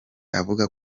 avuga